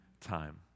time